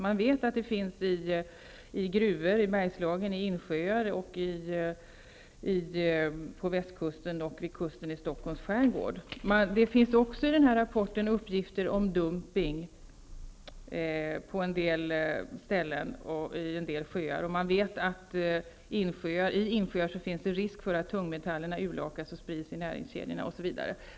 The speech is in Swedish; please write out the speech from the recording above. Man vet att sådant avfall finns i gruvor i Bergslagen, i insjöar, på västkusten och vid kusten i Stockholms skärgård. Det finns också i rapporten uppgifter om dumpning på en del ställen och i en del sjöar. Man vet att det i insjöar finns risk för att tungmetallerna urlakas och sprids i näringskedjorna, osv.